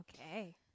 okay